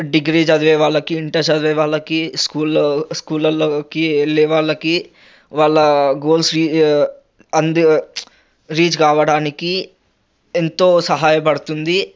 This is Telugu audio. డిగ్రీ చదివే వాళ్ళకి ఇంటర్ చదివే వాళ్ళకి స్కూల్లో స్కూలల్లోకి వెళ్ళే వాళ్ళకి వాళ్ళ గోల్స్ రీచ్ అంది రీచ్ అవ్వడానికి ఎంతో సహాయపడుతుంది